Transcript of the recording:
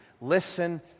Listen